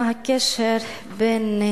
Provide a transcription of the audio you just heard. אני לא יודעת מה הקשר בין קריטריונים